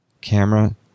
camera